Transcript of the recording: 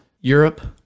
Europe